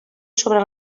sobre